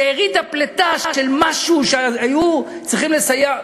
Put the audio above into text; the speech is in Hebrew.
שארית הפליטה של משהו שהיו צריכים לסייע,